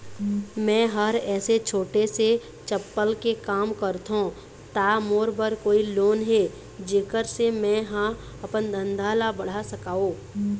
मैं हर ऐसे छोटे से चप्पल के काम करथों ता मोर बर कोई लोन हे जेकर से मैं हा अपन धंधा ला बढ़ा सकाओ?